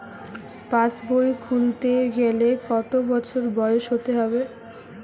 পাশবই খুলতে গেলে কত বছর বয়স হতে হবে?